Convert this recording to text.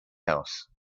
house